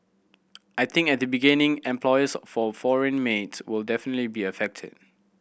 I think at the beginning employers for foreign maids will definitely be affected